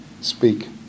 speak